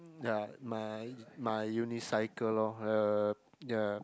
ya my my unicycle lor uh